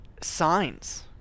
signs